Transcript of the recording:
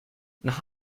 nach